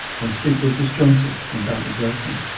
my sleep was disjointed and badly broken.